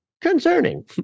concerning